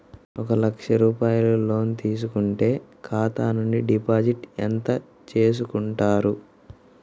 ఒక లక్ష రూపాయలు లోన్ తీసుకుంటే ఖాతా నుండి డిపాజిట్ ఎంత చేసుకుంటారు?